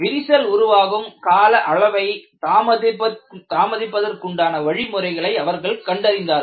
விரிசல் உருவாகும் கால அளவை தாமதிப்பதற்குண்டான வழிமுறைகளை அவர்கள் கண்டறிந்தார்கள்